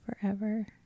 forever